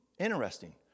Interesting